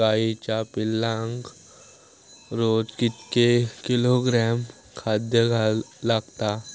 गाईच्या पिल्लाक रोज कितके किलोग्रॅम खाद्य लागता?